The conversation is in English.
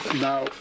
Now